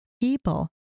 people